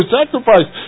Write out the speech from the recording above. sacrifice